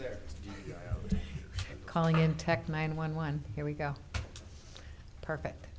they're calling in tech nine one one here we go perfect